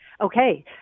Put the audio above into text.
Okay